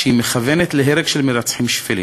כשהיא מכוונת להרג של מרצחים שפלים,